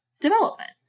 development